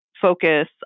focus